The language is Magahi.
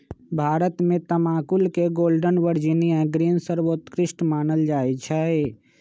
भारत में तमाकुल के गोल्डन वर्जिनियां ग्रीन सर्वोत्कृष्ट मानल जाइ छइ